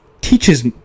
teaches